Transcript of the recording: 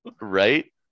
right